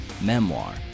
memoir